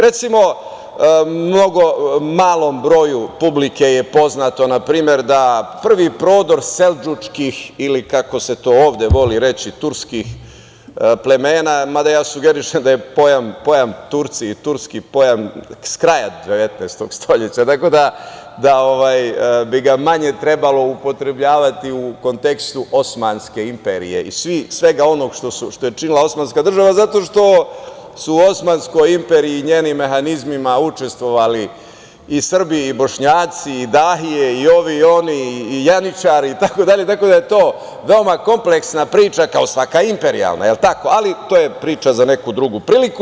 Recimo, mnogo malom broju publike je poznato na primer da prvi prodor seldžučkih ili kako se to ovde voli reći, turskih plemena, mada ja sugerišem da je pojam Turci i turski, pojam s kraja 19. veka, tako da bi ga manje trebalo upotrebljavati u kontekstu Osmanske imperije i svega onoga što je činila Osmanska država zato što su u Osmanskoj imperiji i njenim mehanizmima učestovovali i Srbi, i Bošnjaci, i dahije, i ovi, i oni, i janjičari, tako da je to veoma kompleksna priča kao svaka imperijalna priča, ali to je priča za neku drugu priliku.